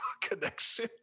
connection